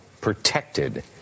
protected